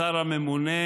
הממונה,